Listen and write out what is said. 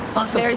awesome. very